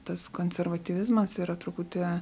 tas konservatizmas yra truputį